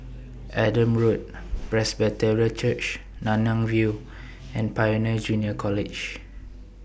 Adam Road Presbyterian Church Nanyang View and Pioneer Junior College